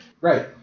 right